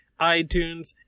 iTunes